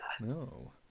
No